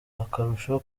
akarusho